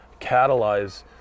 catalyze